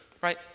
right